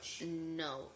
No